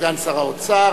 סגן שר האוצר,